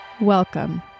Welcome